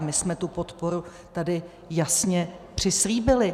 My jsme tu podporu tady jasně přislíbili.